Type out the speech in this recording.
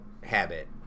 habit